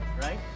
right